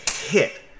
hit